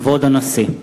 כבוד הנשיא!